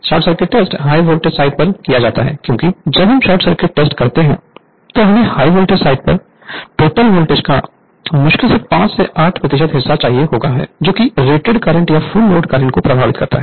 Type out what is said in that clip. short circuit test high voltage side पर किया जाता है क्योंकि जब हम शॉर्ट सर्किट टेस्ट करते हैं तो हमें हाई वोल्टेज साइड पर टोटल वोल्टेज का मुश्किल से 5 से 8 प्रतिशत हिस्सा चाहिए होता है जो कि रेटेड करंट या फुल लोड करंट को प्रवाहित करता है